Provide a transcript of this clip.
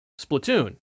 Splatoon